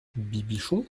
bibichon